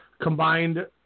combined